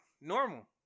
normal